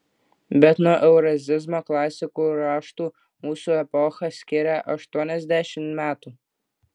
bet nuo eurazizmo klasikų raštų mūsų epochą skiria aštuoniasdešimt metų